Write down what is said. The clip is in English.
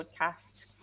podcast